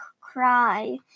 cry